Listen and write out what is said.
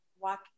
walk